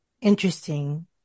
interesting